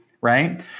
right